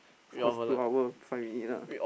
of course two hour five minute lah